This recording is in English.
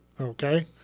Okay